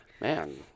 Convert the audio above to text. Man